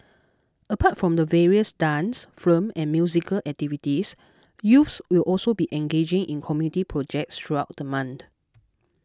apart from the various dance film and musical activities youths will also be engaging in community projects throughout the month